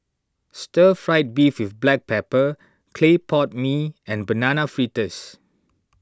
Stir Fried Beef with Black Pepper Clay Pot Mee and Banana Fritters